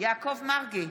יעקב מרגי,